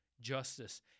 justice